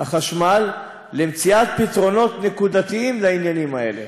החשמל למציאת פתרונות נקודתיים לעניינים האלה.